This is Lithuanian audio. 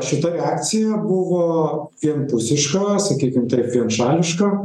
šita reakcija buvo vienpusiška sakykim taip vienšališka